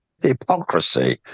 Hypocrisy